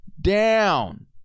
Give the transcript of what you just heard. down